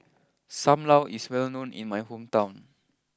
Sam Lau is well known in my hometown